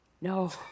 No